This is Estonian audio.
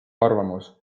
arvamus